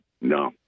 no